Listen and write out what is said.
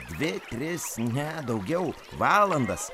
dvi tris ne daugiau valandas